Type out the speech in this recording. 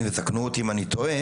ותקנו אותי אם אני טועה,